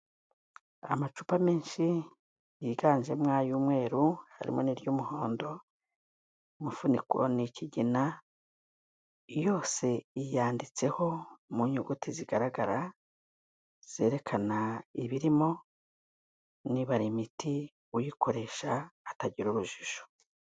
Amacupa menshi yiganjemo ay'umweru, harimo n'iry'umuhondo, umufuniko ni ikigina, yose yanditseho mu nyuguti zigaragara zerekana ibirimo niba ari imiti uyikoresha atagira urujijo.